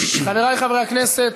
חברי חברי הכנסת,